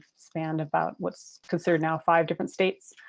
spanned about what's considered now five different states.